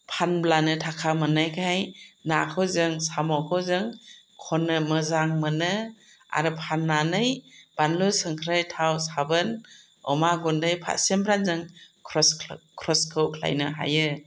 फानब्लानो थाखा मोननायखाय नाखौ जों साम'खौ जों खननो मोजां मोनो आरो फाननानै बानलु संख्रि थाव साबोन अमा गुन्दै फारसेनिफ्राय जों खरसखौ खालामनो हायो